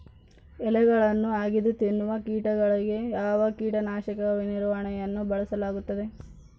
ಎಲೆಗಳನ್ನು ಅಗಿದು ತಿನ್ನುವ ಕೇಟಗಳಿಗೆ ಯಾವ ಕೇಟನಾಶಕದ ನಿರ್ವಹಣೆಯನ್ನು ಬಳಸಲಾಗುತ್ತದೆ?